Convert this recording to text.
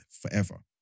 forever